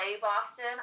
Boston